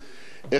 מתנהגת באזור.